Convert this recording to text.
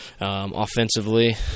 offensively